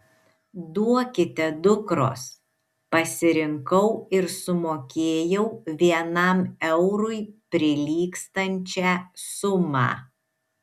duokite dukros pasirinkau ir sumokėjau vienam eurui prilygstančią sumą